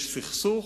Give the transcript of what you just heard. יש סכסוך,